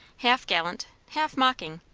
half gallant, half mocking,